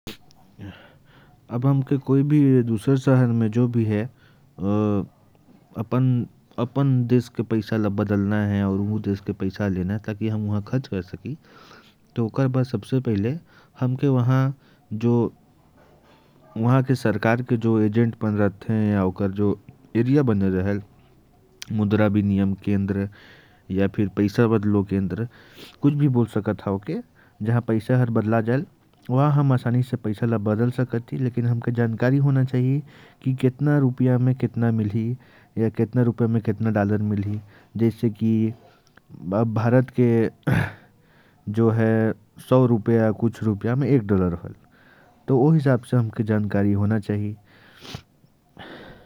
दूसरे देश में अपने देश के पैसे को बदलकर वहां का पैसा लेना हो, तो वहां के मुद्रा बदलने के केंद्र या मुद्रा विनिमय केंद्र पर जाकर आसानी से हम पैसे बदल सकते हैं। बस सही जानकारी होना चाहिए कि कितना रुपया, कितने रूपये में मिलेगा। जैसे, एक डॉलर के लिए अस्सी रुपये हो सकते हैं, उसी तरह।